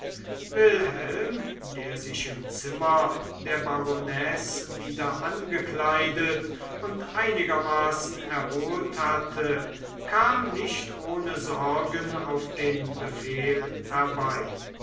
wilhelm der sich im zimmer der baronesse wieder angekleidet und einigermaßen erholt hatte kam nicht ohne sorgen auf den befehl herbei